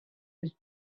his